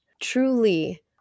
truly